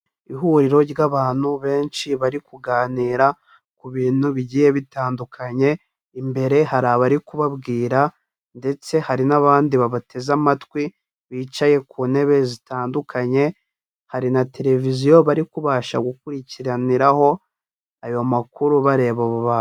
Ihuriro ry'abantu benshi bari kuganira ku bintu bigiye bitandukanye, imbere hari abari kubabwira ndetse hari n'abandi babateze amatwi bicaye ku ntebe zitandukanye, hari na televiziyo bari kubasha gukurikiraniraho ayo makuru bareba abo bantu.